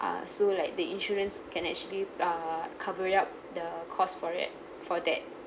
uh so like the insurance can actually err cover it up the cost for it for that